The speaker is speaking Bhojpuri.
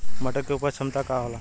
मटर के उपज क्षमता का होला?